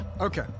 Okay